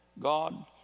God